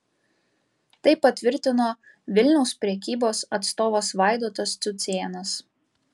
tai patvirtino vilniaus prekybos atstovas vaidotas cucėnas